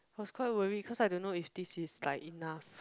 I was quite worried cause I don't know if this is like enough